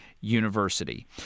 University